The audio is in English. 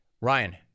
Ryan